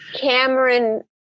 Cameron